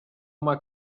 uma